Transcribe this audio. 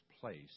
place